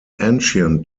ancient